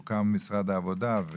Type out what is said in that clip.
הוקם משרד העבודה,